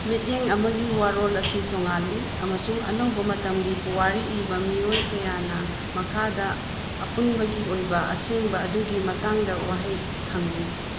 ꯃꯤꯠꯌꯦꯡ ꯑꯃꯒꯤ ꯋꯥꯔꯣꯜ ꯑꯁꯤ ꯇꯣꯉꯥꯜꯂꯤ ꯑꯃꯁꯨꯡ ꯑꯅꯧꯕ ꯃꯇꯝꯒꯤ ꯄꯨꯋꯥꯔꯤ ꯏꯕ ꯃꯤꯑꯣꯏ ꯀꯌꯥꯅ ꯃꯈꯥꯗ ꯑꯄꯨꯟꯕꯒꯤ ꯑꯣꯏꯕ ꯑꯁꯦꯡꯕ ꯑꯗꯨꯒꯤ ꯃꯇꯥꯡꯗ ꯋꯥꯍꯩ ꯍꯪꯂꯤ